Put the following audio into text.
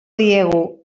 diegu